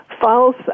false